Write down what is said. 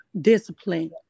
discipline